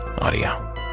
Audio